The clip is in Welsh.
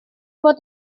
fod